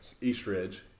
Eastridge